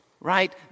right